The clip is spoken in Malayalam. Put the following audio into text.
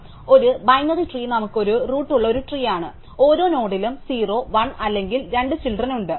അതിനാൽ ഒരു ബൈനറി ട്രീ നമുക്ക് ഒരു റൂട്ട് ഉള്ള ഒരു ട്രീ ആണ് ഓരോ നോഡിലും 0 1 അല്ലെങ്കിൽ 2 ചിൽഡ്രൻ ഉണ്ട്